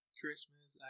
Christmas